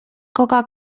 coca